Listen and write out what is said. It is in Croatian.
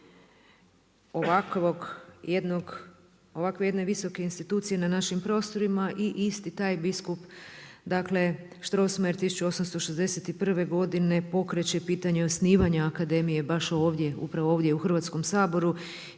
ovakve jedne visoke institucije na našim prostorima i isti taj biskup Strossmayer 1861. godine pokreće pitanje osnivanja akademije baš ovdje, upravo ovdje u Hrvatskom saboru.